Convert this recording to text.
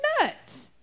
nuts